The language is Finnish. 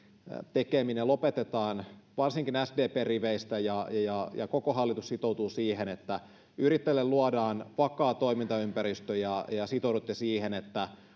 tekeminen lopetetaan varsinkin sdpn riveistä ja ja koko hallitus sitoutuu siihen että yrittäjille luodaan vakaa toimintaympäristö ja ja sitoudutte siihen että